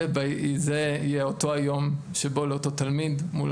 זה יהיה אותו היום שבו לאותו תלמיד מול